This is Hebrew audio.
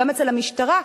גם אצל המשטרה,